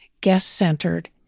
guest-centered